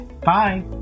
Bye